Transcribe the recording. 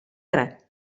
tre